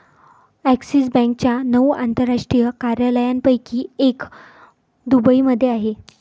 axis बँकेच्या नऊ आंतरराष्ट्रीय कार्यालयांपैकी एक दुबईमध्ये आहे